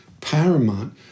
paramount